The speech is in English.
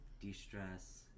de-stress